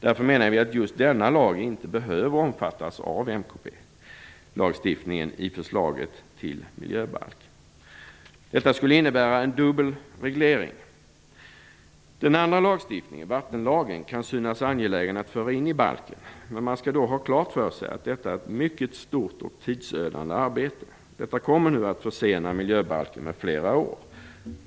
Därför menar vi att just denna lag inte behöver omfattas av MKB lagstiftningen i förslaget till miljöbalk. Detta skulle innebära en dubbel reglering. Den andra lagstiftningen, vattenlagen, kan synas angelägen att föra in i balken, men man skall då ha klart för sig att detta är ett mycket stort och tidsödande arbete. Detta kommer nu att försena miljöbalken med flera år.